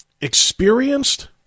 experienced